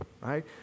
right